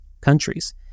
countries